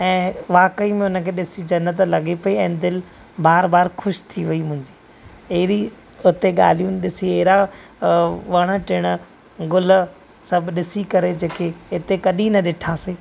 ऐं वाक़इ में उन खे डि॒सी ज़नतु लगे पई ऐं दिलि बार बार ख़ुशि थी वई मुंहिंजी अहिरी उते गा॒ल्हियूं डि॒सी अहिरा वणु टिण ग़ुल सभु डि॒सी करे जेके हिते कडहिं न डि॒ठासीं